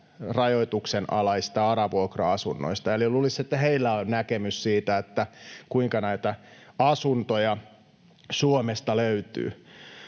rajoituksenalaista ARA-vuokra-asunnoista. Eli luulisi, että heillä on näkemys siitä, kuinka näitä asuntoja Suomesta löytyy.